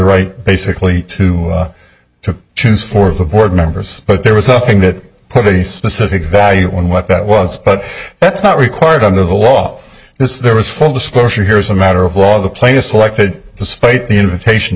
right basically to to choose four of the board members but there was nothing that put any specific value on what that was but that's not required under the law this there was full disclosure here is a matter of law the plaintiff selected despite the invitation